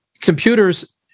Computers